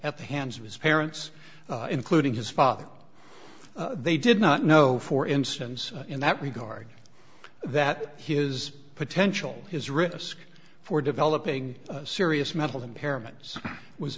at the hands of his parents including his father they did not know for instance in that regard that his potential his risk for developing serious mental impairment was